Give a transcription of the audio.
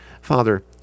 Father